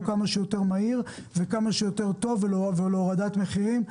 כמה שיותר מהיר וכמה שיותר טוב ולהורדת מחירים.